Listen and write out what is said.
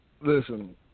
Listen